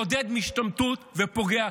מעודד השתמטות ופוגע,